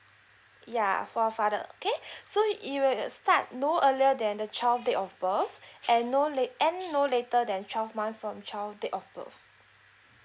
ya for a father okay so you will start no earlier than the child date of birth and no late end no later than twelve month from child date of birth